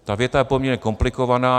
Ta věta je poměrně komplikovaná.